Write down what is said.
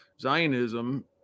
Zionism